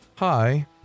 Hi